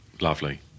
Lovely